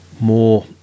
more